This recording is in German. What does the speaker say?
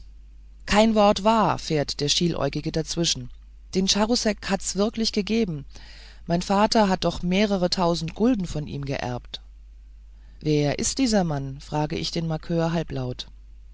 kein wort wahr fährt der schieläugige dazwischen den charousek hat's wirklich gegeben mein vater hat doch mehrere tausend gulden von ihm geerbt wer ist dieser mann fragte ich den markör halblaut